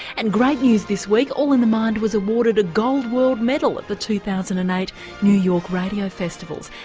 and great news this week all in the mind was awarded the gold world medal at the two thousand and eight new york radio festivals.